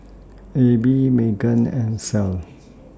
Abby Meagan and Clell